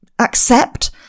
accept